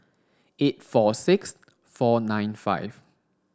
eight four six four nine five